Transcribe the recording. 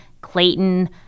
Clayton